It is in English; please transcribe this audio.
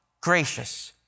gracious